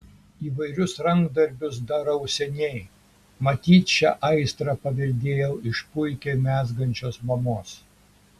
įvairius rankdarbius darau seniai matyt šią aistrą paveldėjau iš puikiai mezgančios mamos